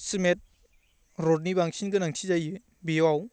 cement रडनि बांसिन गोनांथि जायो बेयाव